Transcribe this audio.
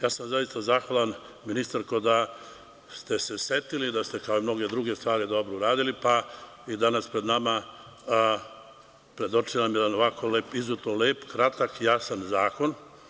Ja sam zaista zahvalan ministarko da ste se setili, da ste kao i mnoge druge stvari dobro uradili pa je danas pred nama ovako izuzetno lep, kratak, jasan zakon.